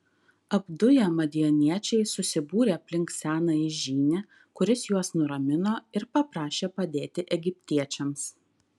apduję madianiečiai susibūrė aplink senąjį žynį kuris juos nuramino ir paprašė padėti egiptiečiams